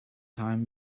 time